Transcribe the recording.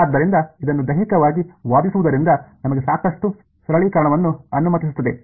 ಆದ್ದರಿಂದ ಇದನ್ನು ದೈಹಿಕವಾಗಿ ವಾದಿಸುವುದರಿಂದ ನಮಗೆ ಸಾಕಷ್ಟು ಸರಳೀಕರಣವನ್ನು ಅನುಮತಿಸುತ್ತದೆ